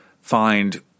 find